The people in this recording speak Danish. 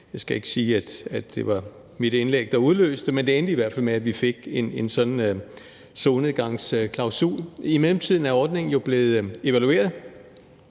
Jeg skal ikke sige, at det var mit indlæg, der udløste det, men det endte i hvert fald med, at vi fik en sådan solnedgangsklausul. I mellemtiden er ordningen jo sammen med andre